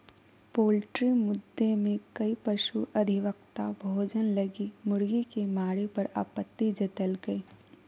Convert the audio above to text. poultry मुद्दे में कई पशु अधिवक्ता भोजन लगी मुर्गी के मारे पर आपत्ति जतैल्कय